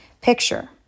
Picture